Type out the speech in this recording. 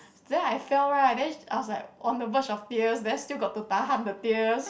then I fell right then I was like on the verge of tears then still got to tahan the tears